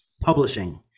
publishing